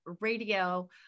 radio